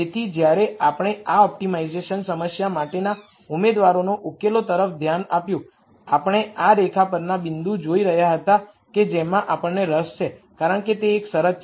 તેથી જ્યારે આપણે આ ઓપ્ટિમાઇઝેશન સમસ્યા માટેના ઉમેદવારોના સોલ્યુશન તરફ ધ્યાન આપ્યુંઆપણે આ રેખા પરના બિંદુ જોઈ રહ્યા હતા કે જેમાં આપણને રસ છે કારણ કે તે એક શરત છે